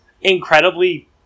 incredibly